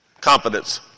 Confidence